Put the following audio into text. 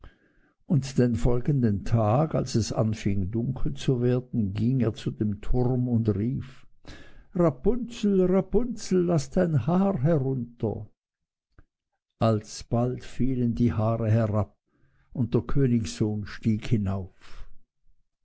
und den folgenden tag als es anfing dunkel zu werden ging er zu dem turme und rief rapunzel rapunzel laß dein haar herunter alsbald fielen die haare herab und der königssohn stieg hinauf